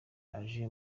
aje